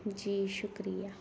جی شکریہ